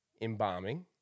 embalming